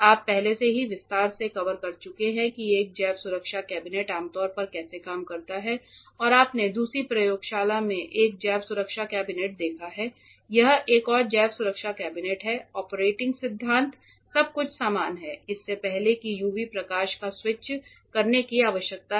आप पहले से ही विस्तार से कवर कर चुके हैं कि एक जैव सुरक्षा कैबिनेट आम तौर पर कैसे काम करता है और आपने दूसरी प्रयोगशाला में एक जैव सुरक्षा कैबिनेट देखा है यह एक और जैव सुरक्षा कैबिनेट है ऑपरेटिंग सिद्धांत सब कुछ समान है इससे पहले कि यूवी प्रकाश पर स्विच करने की आवश्यकता है